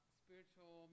spiritual